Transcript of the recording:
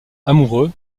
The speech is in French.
amoureux